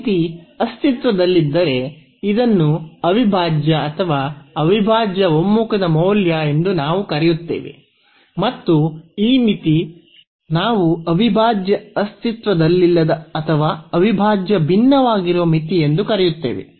ಈ ಮಿತಿ ಅಸ್ತಿತ್ವದಲ್ಲಿದ್ದರೆ ಇದನ್ನು ಅವಿಭಾಜ್ಯ ಅಥವಾ ಅವಿಭಾಜ್ಯ ಒಮ್ಮುಖದ ಮೌಲ್ಯ ಎಂದು ನಾವು ಕರೆಯುತ್ತೇವೆ ಮತ್ತು ಈ ಮಿತಿ ಅಸ್ತಿತ್ವದಲ್ಲಿಲ್ಲದಿದ್ದರೆ ನಾವು ಅಸ್ತಿತ್ವದಲ್ಲಿಲ್ಲದ ಅವಿಭಾಜ್ಯ ಅಥವಾ ಭಿನ್ನವಾಗಿರುವ ಅವಿಭಾಜ್ಯ ಎಂದು ಕರೆಯುತ್ತೇವೆ